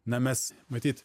na mes matyt